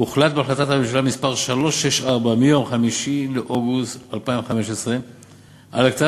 הוחלט בהחלטת הממשלה מס' 364 מיום 5 באוגוסט 2015 על הקצאת